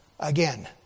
Again